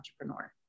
entrepreneur